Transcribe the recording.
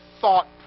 thought